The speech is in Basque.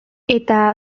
eta